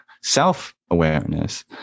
self-awareness